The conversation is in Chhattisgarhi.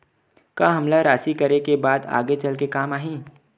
का हमला राशि करे के बाद आगे चल के काम आही?